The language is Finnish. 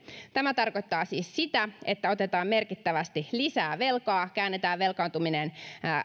tämä tarkoittaa siis sitä että otetaan merkittävästi lisää velkaa käännetään velkaantuminen